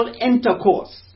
intercourse